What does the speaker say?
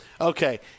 Okay